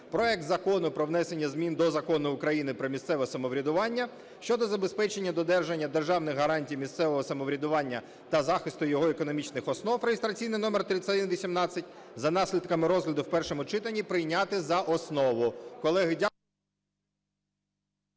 проект Закону про внесення змін до Закону України "Про місцеве самоврядування" щодо забезпечення додержання державних гарантій місцевого самоврядування та захисту його економічних основ (реєстраційний номер 3118) за наслідками розгляду в першому читанні прийняти за основу.